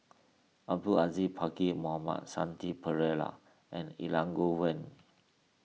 Abdul Aziz Pakkeer Mohamed Shanti Pereira and Elangovan